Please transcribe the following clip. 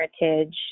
heritage